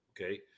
Okay